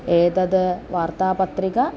एतत् वार्तापत्रिका